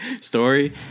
story